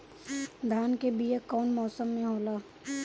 धान के बीया कौन मौसम में होला?